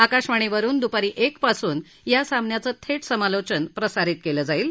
आकाशवाणीवरुन दुपारी एकपासून या सामन्याचं थेट समालोचन प्रसारित केलं जाईल